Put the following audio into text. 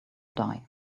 die